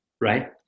Right